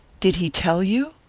did he tell you?